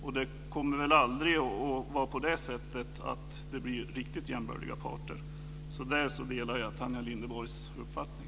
Men det kommer nog aldrig att bli fråga om riktigt jämbördiga parter, så i det avseendet delar jag